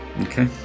Okay